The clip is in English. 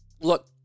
look